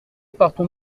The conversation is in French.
partons